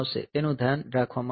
તેનું ધ્યાન રાખવામાં આવે છે